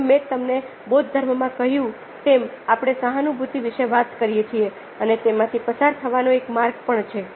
જેમ મેં તમને બૌદ્ધ ધર્મમાં કહ્યું તેમ આપણે સહાનુભૂતિ વિશે વાત કરીએ છીએ અને તેમાંથી પસાર થવાનો એક માર્ગ પણ છે